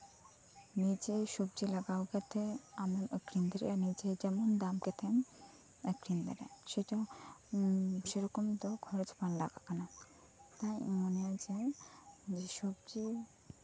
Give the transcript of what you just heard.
ᱱᱤᱡᱮ ᱥᱚᱵᱡᱤ ᱞᱟᱜᱟᱣ ᱠᱟᱛᱮ ᱟᱢ ᱮᱢ ᱟᱹᱠᱷᱨᱤᱧ ᱫᱟᱲᱮᱭᱟᱜᱼᱟ ᱱᱤᱡᱮ ᱡᱮᱢᱚᱱ ᱫᱟᱢ ᱪᱮᱛᱟᱱ ᱟᱠᱷᱨᱤᱧ ᱫᱟᱲᱮᱭᱟᱜ ᱥᱮᱴᱟ ᱦᱩᱸ ᱥᱮᱨᱚᱠᱚᱢ ᱫᱚ ᱠᱷᱚᱨᱚᱪ ᱵᱟᱝ ᱞᱟᱜᱟᱜ ᱠᱟᱱᱟ ᱚᱱᱟᱛᱮ ᱤᱧᱤᱧ ᱢᱚᱱᱮᱭᱟ ᱡᱮ ᱥᱚᱵᱡᱤ